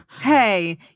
hey